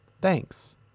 Thanks